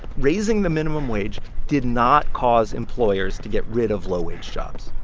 raising the minimum wage did not cause employers to get rid of low-wage jobs.